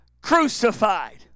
crucified